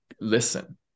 listen